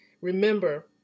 Remember